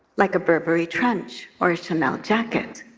like a burberry trench or chanel jacket.